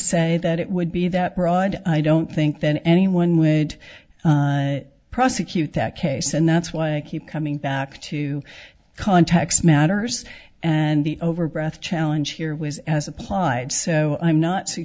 say that it would be that broad i don't think that anyone would prosecute that case and that's why i keep coming back to context matters and the over breath challenge here was as applied so i'm not